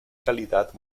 calidad